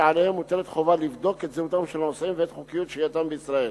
שעליהם מוטלת חובה לבדוק את זהותם של הנוסעים ואת חוקיות שהייתם בישראל.